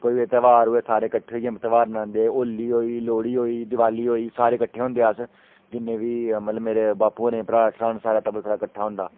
ते अस सारे खुश गै आं अपने अपने टब्बरै कन्नै अस अज्ज बी रलियै मिलियै रौह्दे आं साढ़े टब्बरै दी कोई लड़ाई नेईं ऐ